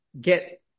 get